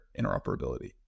interoperability